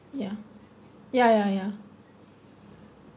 ya ya ya ya